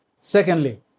Secondly